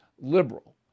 liberal